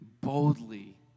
boldly